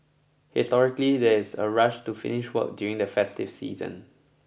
historically there's a rush to finish work during the festive season